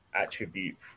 attribute